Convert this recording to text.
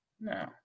No